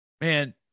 man